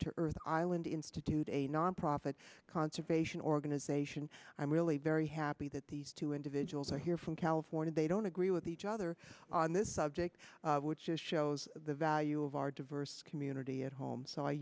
to earth island institute a nonprofit conservation organization i'm really very happy that these two individuals are here from california they don't agree with each other on this subject which just shows the value of our diverse community at home so i